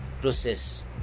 process